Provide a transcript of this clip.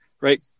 right